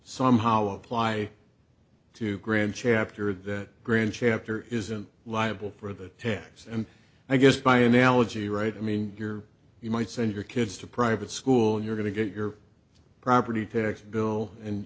somehow apply to grand chapter of that grand chapter isn't liable for the taxes and i guess by analogy right i mean your you might send your kids to private school you're going to get your property tax bill and